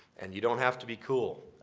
and you don't have to be cool.